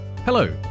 Hello